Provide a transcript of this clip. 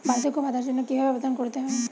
বার্ধক্য ভাতার জন্য কিভাবে আবেদন করতে হয়?